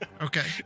Okay